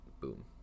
Boom